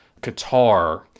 Qatar